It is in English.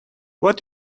what